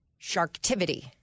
Sharktivity